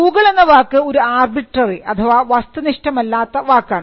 Google എന്ന വാക്ക് ഒരു ആർബിട്രറി അഥവാ വസ്തുനിഷ്ഠമല്ലാത്ത വാക്കാണ്